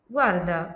Guarda